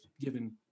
given